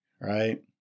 right